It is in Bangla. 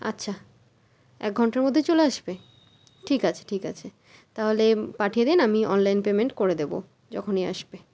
আচ্ছা এক ঘন্টার মধ্যেই চলে আসবে ঠিক আছে ঠিক আছে তাহলে পাঠিয়ে দিন আমি অনলাইন পেমেন্ট করে দেবো যখনই আসবে